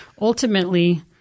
ultimately